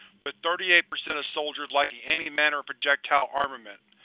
with thirty eight percent of soldiers lacking any manner of projectile armament.